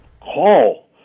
call